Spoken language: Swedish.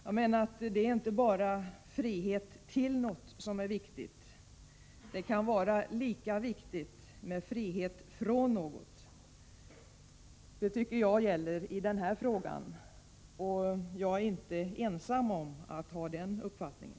Jag menar att det inte bara är frihet till något som är viktig, det kan vara lika viktigt med frihet från något. Det tycker jag gäller i den här frågan, och jag är inte ensam om att ha den uppfattningen.